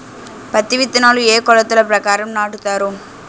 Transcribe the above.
పత్తి విత్తనాలు ఏ ఏ కొలతల ప్రకారం నాటుతారు?